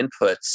inputs